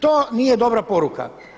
To nije dobra poruka.